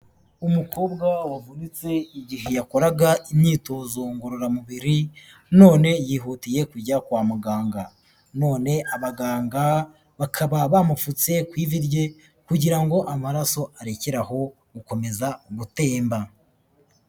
Umukobwa wavunitse igihe yakoraga imyitozo ngororamubiri none yihutiye kujya kwa muganga. None abaganga bakaba bamupfutse ku ivi rye kugira ngo amaraso arekeraho gukomeza gutemba.